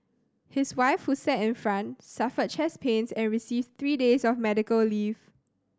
his wife who sat in front suffered chest pains and received three days of medical leave